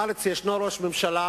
בארץ יש ראש ממשלה